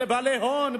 אלה בעלי הון,